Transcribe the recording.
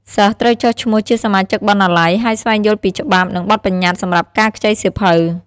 សិស្សត្រូវចុះឈ្មោះជាសមាជិកបណ្ណាល័យ ហើយស្វែងយល់ពីច្បាប់ និងបទប្បញ្ញត្តិសម្រាប់ការខ្ចីសៀវភៅ។